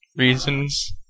reasons